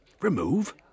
Remove